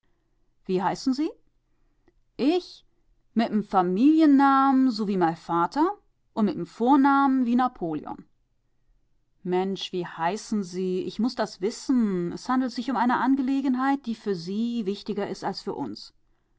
wie heißen sie ich mit'm familiennam su wie mei vater und mit'm vornamen wie napoleon mensch wie heißen sie ich muß das wissen es handelt sich um eine angelegenheit die für sie wichtiger ist als für